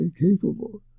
incapable